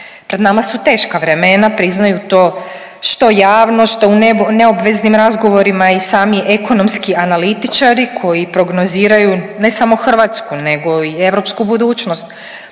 Pred nama su teška vremena, priznaju to, što javno, što u neobveznim razgovorima i sami ekonomski analitičari koji prognoziraju, ne samo hrvatsku nego i europsku budućnost,